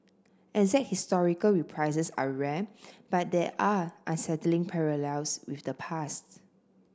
exact historical reprises are rare but there are unsettling parallels with the past